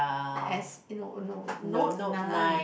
S no no note nine